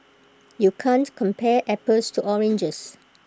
you can't compare apples to oranges